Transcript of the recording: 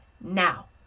now